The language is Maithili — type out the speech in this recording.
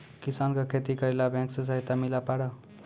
किसान का खेती करेला बैंक से सहायता मिला पारा?